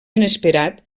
inesperat